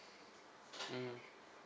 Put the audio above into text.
mm